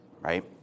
right